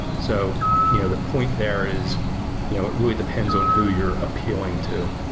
so you know the point there is you know it really depends on who you're appealing to.